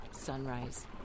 Sunrise